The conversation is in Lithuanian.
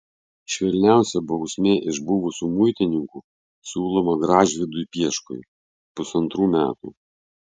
švelniausia bausmė iš buvusių muitininkų siūloma gražvydui pieškui pusantrų metų